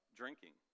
drinking